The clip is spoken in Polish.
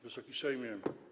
Wysoki Sejmie!